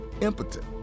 impotent